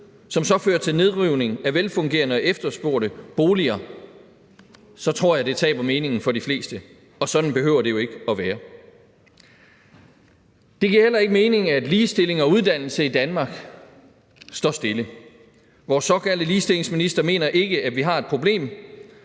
som så fører til nedrivning af velfungerende og efterspurgte boliger, så tror jeg, at det taber meningen for de fleste, og sådan behøver det jo ikke at være. Det giver heller ikke mening, at ligestilling og uddannelse i Danmark står stille. Vores såkaldte ligestillingsminister mener ikke, at vi har et problem,